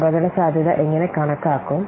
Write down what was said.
അപകടസാധ്യത എങ്ങനെ കണക്കാക്കും